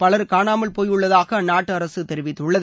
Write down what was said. power காணாமல் போனதாக அந்நாட்டு அரசு தெரிவித்துள்ளது